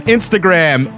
Instagram